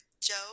Joe –